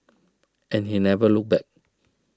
and he never looked back